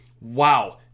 wow